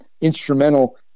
instrumental